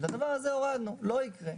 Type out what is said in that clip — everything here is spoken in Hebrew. את הדבר הזה הורדנו, לא יקרה.